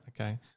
okay